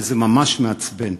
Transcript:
וזה ממש מעצבן,